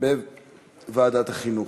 בוועדת החינוך.